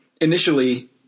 initially